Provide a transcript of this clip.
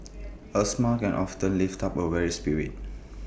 A smile can often lift up A weary spirit